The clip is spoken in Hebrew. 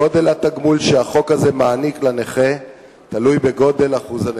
גודל התגמול שהחוק הזה מעניק לנכה תלוי בגודל אחוז הנכות,